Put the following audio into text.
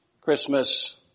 Christmas